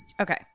Okay